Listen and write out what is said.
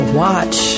watch